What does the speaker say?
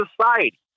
society